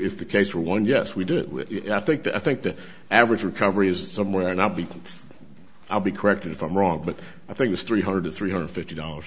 if the case for one yes we do i think that i think the average recovery is somewhere and i'll be i'll be corrected if i'm wrong but i think it's three hundred to three hundred fifty dollars